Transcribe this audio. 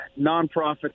nonprofit